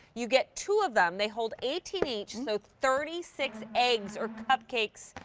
you get two of them. they hold eighteen each. so thirty six eggs or cupcakes.